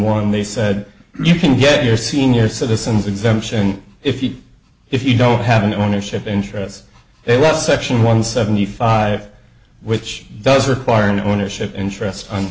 one they said you can get your senior citizens exemption if you if you don't have an ownership interest they want section one seventy five which does require an ownership interest on